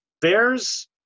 bears